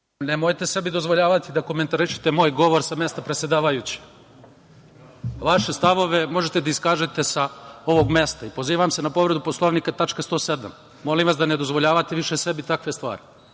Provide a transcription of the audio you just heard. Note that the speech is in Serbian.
Nemojte sebi dozvoljavati da komentarišite moj govor sa mesta predsedavajuće. Vaše stavove možete da iskažete sa ovog mesta i pozivam se na povredu Poslovnika, tačka 107. Molim vas da ne dozvoljavate sebi više takve